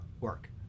work